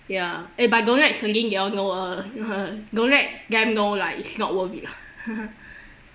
ya eh but don't let celine they all know ah don't let them know lah it's not worth it lah